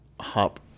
hop